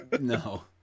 No